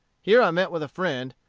here i met with a friend,